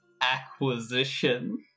acquisition